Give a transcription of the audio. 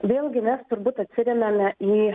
vėlgi mes turbūt atsiremiame į